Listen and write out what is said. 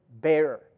bearer